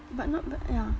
but not but ya